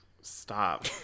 stop